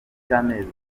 cy’amezi